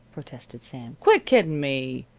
protested sam, quit kiddin' me!